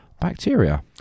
bacteria